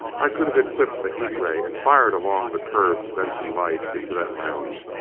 i could have equipped a heat ray and fired along the curved benson light into that lounge.